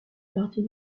partie